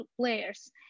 players